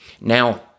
Now